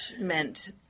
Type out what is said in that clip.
meant